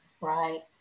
right